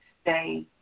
stay